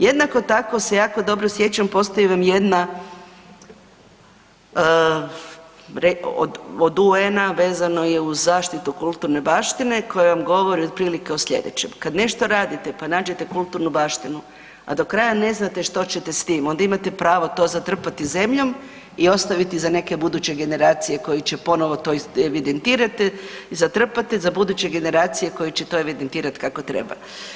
Jednako tako se jako dobro sjećam postoji vam jedna od UN-a vezano je uz zaštitu kulturne baštine kojom govori otprilike o sljedećem – kada nešto radite pa nađete kulturnu baštinu a do kraja ne znate što ćete s tim onda imate pravo to zatrpati zemljom i ostaviti za neke buduće generacije koji će ponovo to, evidentirate i zatrpate za buduće generacije koje se to evidentirati kako treba.